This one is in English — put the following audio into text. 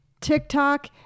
TikTok